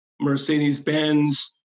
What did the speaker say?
Mercedes-Benz